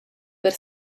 per